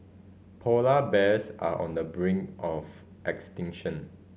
polar bears are on the brink of extinction